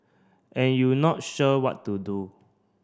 and you not sure what to do